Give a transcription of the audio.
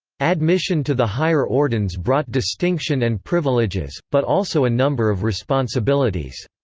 admission to the higher ordines brought distinction and privileges, but also a number of responsibilities.